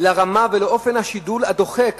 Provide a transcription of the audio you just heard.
לרמה ולאופן השידול הדוחק